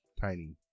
tiny